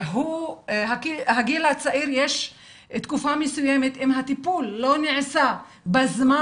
שבגיל הצעיר יש תקופה מסוימת שאם הטיפול לא נעשה בזמן,